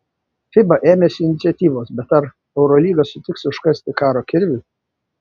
fiba ėmėsi iniciatyvos bet ar eurolyga sutiks užkasti karo kirvį